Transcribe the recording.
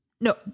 no